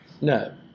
No